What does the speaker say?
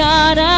God